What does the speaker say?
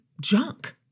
junk